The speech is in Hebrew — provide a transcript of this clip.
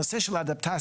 הנושא של אדפטציה,